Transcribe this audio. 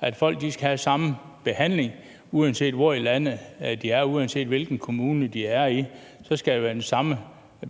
at folk skal have samme behandling, uanset hvor i landet de er, og uanset hvilken kommune de er i. Der skal være den samme